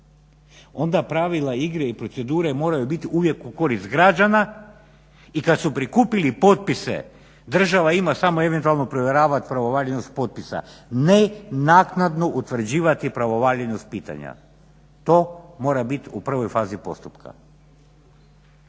onda pravila igre i procedure moraju biti uvijek u korist građana. I kad su prikupili potpise država ima samo eventualno provjeravat pravovaljanost potpisa, ne naknadno utvrđivati pravovaljanost pitanja. To mora bit u prvoj fazi postupka.